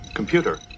Computer